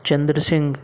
Chandra Singh